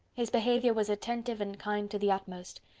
his behaviour was attentive and kind to the utmost.